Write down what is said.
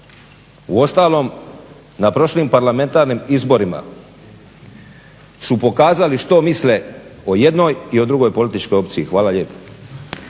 Uostalom, na prošlim parlamentarnim izborima su pokazali što misle o jednoj i drugoj političkoj opciji. Hvala lijepo.